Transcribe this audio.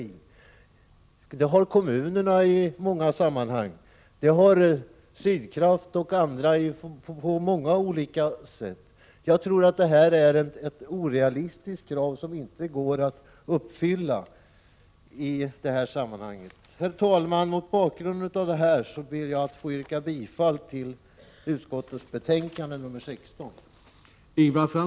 Sådana intressen har kommunerna i många sammanhang, och det har Sydkraft och andra också. Det är ett orealistiskt krav som det inte går att uppfylla i detta sammanhang. Herr talman! Mot bakgrund av det anförda ber jag att få yrka bifall till utskottets hemställan.